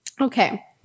Okay